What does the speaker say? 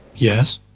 yes.